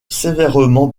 sévèrement